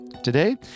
Today